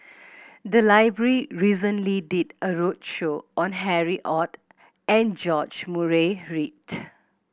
the library recently did a roadshow on Harry Ord and George Murray Reith